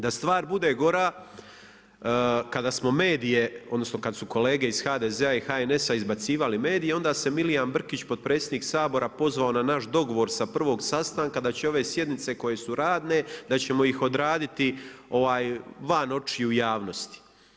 Da stvar bude gora kada smo medije, odnosno kad su kolege iz HDZ-a i HNS-a izbacivali medije onda se Milijan Brkić, potpredsjednik Sabora pozvao na naš dogovor sa prvog sastanka da će ove sjednice koje su radne da ćemo ih odraditi van očiju javnosti.